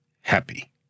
happy